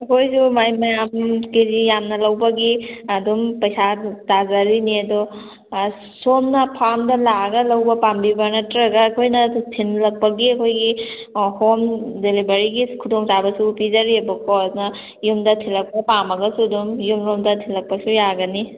ꯑꯩꯈꯣꯏꯁꯨ ꯑꯗꯨꯃꯥꯏꯅ ꯃꯌꯥꯝ ꯀꯦꯖꯤ ꯌꯥꯝꯅ ꯂꯧꯕꯒꯤ ꯑꯗꯨꯝ ꯄꯩꯁꯥ ꯑꯗꯨꯝ ꯇꯥꯖꯔꯤꯅꯤ ꯑꯗꯣ ꯁꯣꯝꯅ ꯐꯥꯔꯝꯗ ꯂꯥꯛꯑꯒ ꯂꯧꯕ ꯄꯥꯝꯕꯤꯕ꯭ꯔꯥ ꯅꯠꯇ꯭ꯔꯒ ꯑꯩꯈꯣꯏꯅ ꯊꯤꯟꯂꯛꯄꯒꯤ ꯑꯩꯈꯣꯏꯒꯤ ꯍꯣꯝ ꯗꯦꯂꯤꯚꯔꯤꯒꯤ ꯈꯨꯗꯣꯡꯆꯥꯕꯁꯨ ꯄꯤꯖꯔꯤꯕꯀꯣ ꯑꯗꯨꯅ ꯌꯨꯝꯗ ꯊꯤꯜꯂꯛꯄ ꯄꯥꯝꯃꯒꯁꯨ ꯑꯗꯨꯝ ꯌꯨꯝꯂꯣꯝꯗ ꯊꯤꯜꯂꯛꯄꯁꯨ ꯌꯥꯒꯅꯤ